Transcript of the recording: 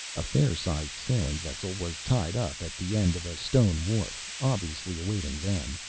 a fair-sized sailing vessel was tied up at the end of a stone wharf, obviously awaiting them,